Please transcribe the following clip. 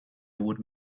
would